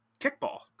kickball